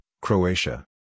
Croatia